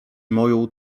moją